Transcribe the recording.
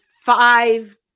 five